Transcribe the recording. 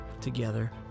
together